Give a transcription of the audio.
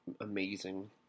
amazing